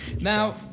Now